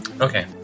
Okay